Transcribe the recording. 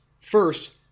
First